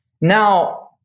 Now